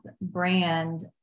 brand